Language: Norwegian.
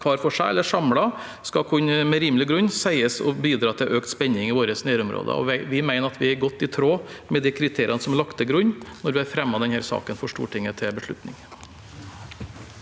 hver for seg eller samlet med rimelig grunn kunne sies å bidra til økt spenning i våre nærområder. Vi mener vi er godt i tråd med de kriteriene som er lagt til grunn, når vi har fremmet denne saken for Stortinget til beslutning.